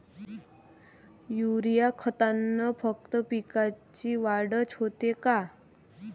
Urea खतानं फक्त पिकाची वाढच होते का?